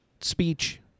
speech